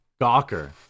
Gawker